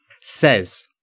says